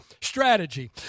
strategy